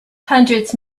hundreds